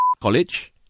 college